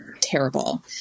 terrible